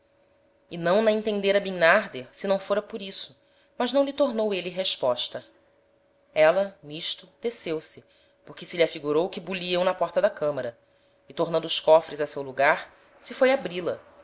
e não na entendera bimnarder se não fôra por isso mas não lhe tornou êle resposta éla n'isto desceu se porque se lhe afigurou que buliam na porta da camara e tornando os cofres a seu lugar se foi abri-la